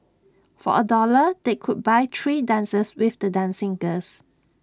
for A dollar they could buy three dances with the dancing girls